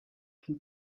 can